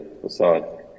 facade